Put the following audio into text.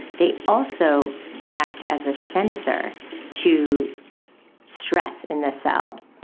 they also act as a sensor to stress in the cell.